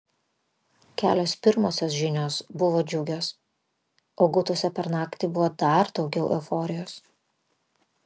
kelios pirmosios žinios buvo džiugios o gautose per naktį buvo dar daugiau euforijos